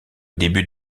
début